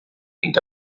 into